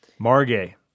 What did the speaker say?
Margay